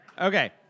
Okay